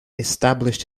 established